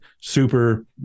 Super